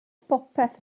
bopeth